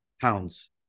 pounds